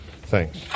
thanks